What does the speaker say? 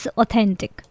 authentic